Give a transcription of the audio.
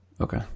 Okay